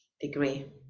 degree